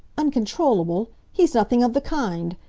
uncontrollable! he's nothing of the kind!